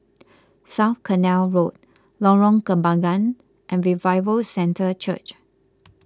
South Canal Road Lorong Kembangan and Revival Centre Church